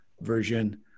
version